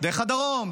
דרך הדרום,